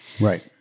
Right